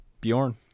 Bjorn